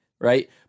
Right